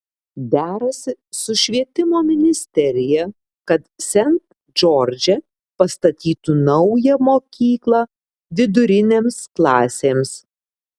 derasi su švietimo ministerija kad sent džordže pastatytų naują mokyklą vidurinėms klasėms